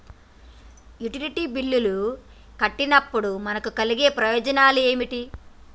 Utility బిల్లులు కట్టినప్పుడు మనకు కలిగే ప్రయోజనాలు ఏమిటి?